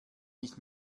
nicht